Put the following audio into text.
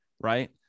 Right